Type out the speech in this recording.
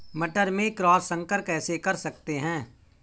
मटर में क्रॉस संकर कैसे कर सकते हैं?